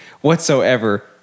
whatsoever